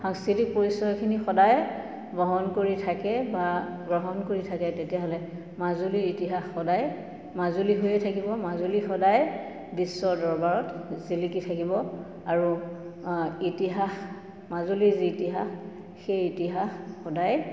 সাংস্কৃতিক পৰিচয়খিনি সদায় বহন কৰি থাকে বা গ্ৰহণ কৰি থাকে তেতিয়াহ'লে মাজুলীৰ ইতিহাস সদায় মাজুলী হৈয়ে থাকিব মাজুলী সদায় বিশ্বৰ দৰবাৰত জিলিকি থাকিব আৰু ইতিহাস মাজুলীৰ যি ইতিহাস সেই ইতিহাস সদায়